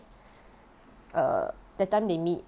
err that time they meet